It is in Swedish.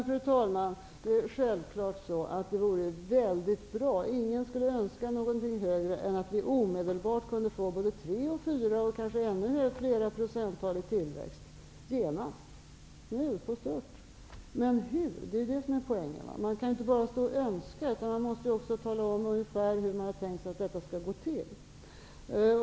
Fru talman! Självfallet vore det väldigt bra - ingen skulle önska det högre än jag - om vi omedelbart kunde få en tillväxt på både 3 och 4 % eller kanske ännu högre, och genast. Men hur? Det är det som är poängen. Man kan inte bara önska, utan man måste också tala om ungefär hur man har tänkt sig att detta skall gå till.